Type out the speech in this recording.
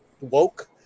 woke